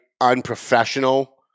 unprofessional